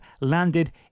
landed